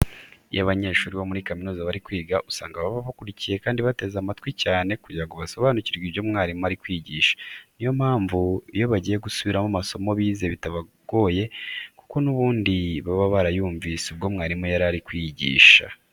Iyo abanyeshuri bo muri kaminuza bari kwiga usanga baba bakurikiye kandi bateze amatwi cyane kugira ngo basobanukirwe ibyo umwarimu ari kwigisha. Ni yo mpamvu, iyo bagiye gusubiramo amasomo bize bitabagoye kuko n'ubundi baba barayumvishe ubwo mwarimu yari ari kwigisha.